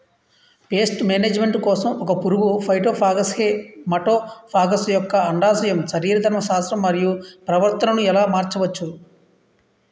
Paste management కోసం ఒక పురుగు ఫైటోఫాగస్హె మటోఫాగస్ యెక్క అండాశయ శరీరధర్మ శాస్త్రం మరియు ప్రవర్తనను ఎలా మార్చచ్చు?